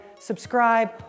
subscribe